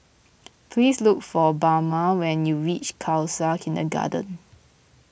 please look for Bama when you reach Khalsa Kindergarten